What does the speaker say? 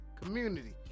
community